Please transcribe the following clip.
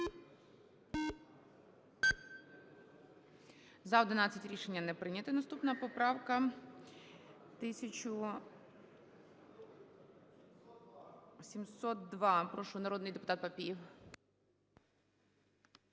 За-11 Рішення не прийнято. Наступна поправка